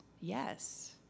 yes